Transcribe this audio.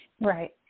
Right